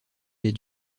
les